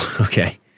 Okay